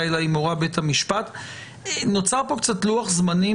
יפנה לבית המשפט ובית המשפט יכריע בדבר זכותו